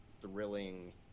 thrilling